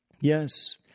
Yes